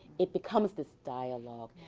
it becomes this dialogue.